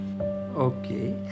okay